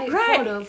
right